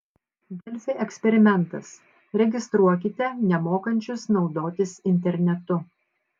delfi eksperimentas registruokite nemokančius naudotis internetu